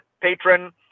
patron